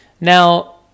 Now